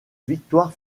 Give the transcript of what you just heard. victoire